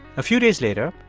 a few days later,